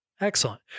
Excellent